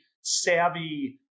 savvy